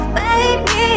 baby